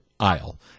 Aisle